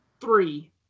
Three